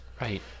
Right